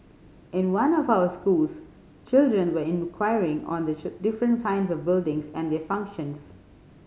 in one of our schools children were inquiring on the different kinds of buildings and their functions